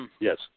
Yes